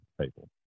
people